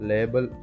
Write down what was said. Label